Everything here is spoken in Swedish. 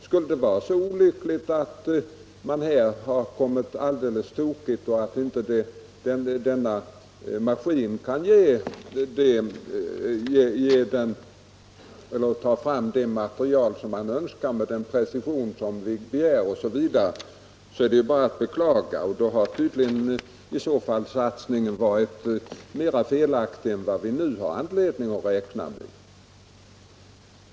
Skulle det vara så olyckligt att denna maskin inte kan ta fram det material som man önskar med den precision som man begär osv., så är det ju att beklaga. I så fall har satsningen tydligen varit mera felaktig än vad vi i dag har anledning att räkna med.